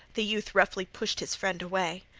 the youth roughly pushed his friend away.